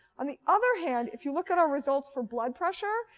on the other hand, if you look at our results for blood pressure,